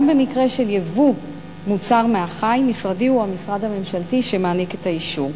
גם במקרה של ייבוא מוצר מהחי משרדי הוא המשרד הממשלתי שמעניק את האישור.